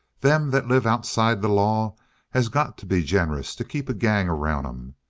them that live outside the law has got to be generous to keep a gang around em.